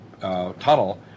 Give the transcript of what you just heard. tunnel